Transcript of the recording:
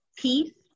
peace